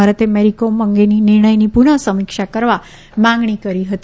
ભારતે મેરોકીમ અંગેના નિર્ણયની પુનઃ સમીક્ષા કરવા માંગણી કરી હતી